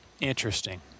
Interesting